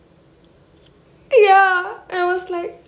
ya I was like